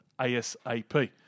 ASAP